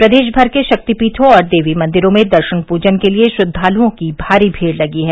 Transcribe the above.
प्रदेश षर के शक्तिपीठों और देवी मंदिरों में दर्शन पूजन के लिए श्रद्वालुओं की भारी भीड़ लगी है